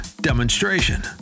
demonstration